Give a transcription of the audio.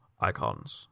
icons